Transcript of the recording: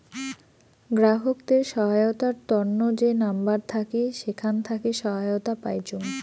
গ্রাহকদের সহায়তার তন্ন যে নাম্বার থাকি সেখান থাকি সহায়তা পাইচুঙ